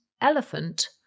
Elephant